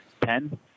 ten